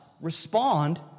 respond